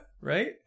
right